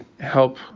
help